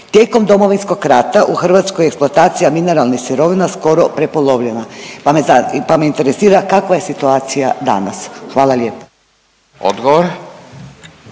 Tijekom Domovinskog rata u Hrvatskoj je eksploatacija mineralnih sirovina skoro prepolovljena, pa me interesira kakva je situacija danas? Hvala lijepo. **Radin,